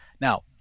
Now